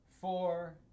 four